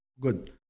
Good